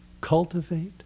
Cultivate